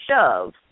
shove